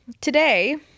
today